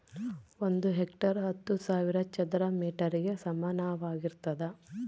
ಒಂದು ಹೆಕ್ಟೇರ್ ಹತ್ತು ಸಾವಿರ ಚದರ ಮೇಟರ್ ಗೆ ಸಮಾನವಾಗಿರ್ತದ